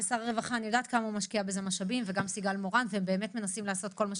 אני יודעת כמה משאבים הוא משקיע וגם סיגל מורן,